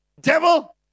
Devil